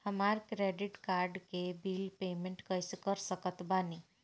हमार credit card के bill payment कइसे कर सकत बानी?